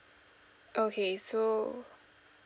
okay so